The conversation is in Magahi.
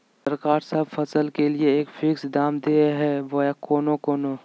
सरकार सब फसल के लिए एक फिक्स दाम दे है बोया कोनो कोनो?